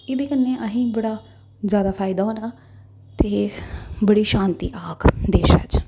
एह्दे कन्नै असें गी बड़ा जैदा फायदा होना ते बड़ी शांति औग देश बिच्च